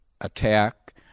attack